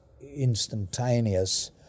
instantaneous